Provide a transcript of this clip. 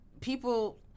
people